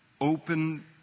open